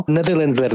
Netherlands